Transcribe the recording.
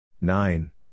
Nine